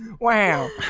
Wow